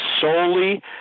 solely